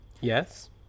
Yes